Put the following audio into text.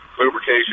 lubrication